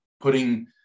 putting